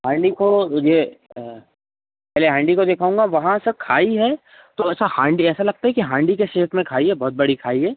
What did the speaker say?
हांडी को ये पहले हांडी को दिखाऊँगा वहाँ सर खाई है तो ऐसा हांडी ऐसा लगता है कि हांडी के शेप में खाई है बहुत बड़ी खाई है